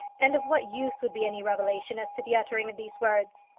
and of what use would be any revelation as to the uttering of these words?